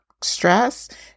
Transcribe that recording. stress